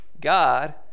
God